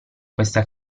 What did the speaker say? questa